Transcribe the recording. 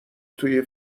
توی